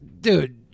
Dude